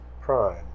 Prime